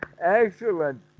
Excellent